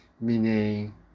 meaning